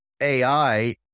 AI